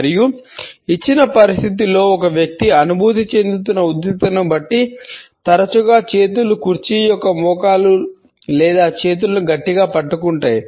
మరియు ఇచ్చిన పరిస్థితిలో ఒక వ్యక్తి అనుభూతి చెందుతున్న ఉద్రిక్తతను బట్టి తరచుగా చేతులు కుర్చీ యొక్క మోకాలు లేదా చేతులను గట్టిగా పట్టుకుంటాయి